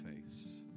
face